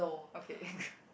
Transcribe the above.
okay